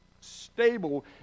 stable